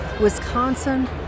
Wisconsin